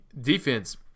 defense